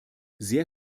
sehr